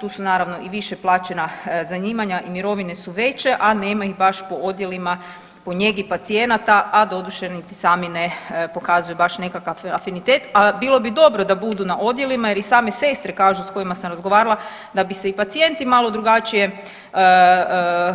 Tu su naravno i više plaćena zanimanja i mirovine su veće, a nema ih baš po odjelima po njegi pacijenata, a doduše niti sami baš ne pokazuju baš nekakav afinitet, a bilo bi dobro da budu na odjelima jer i same sestre kažu s kojima sam razgovarala da bi se i pacijenti malo drugačije